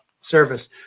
service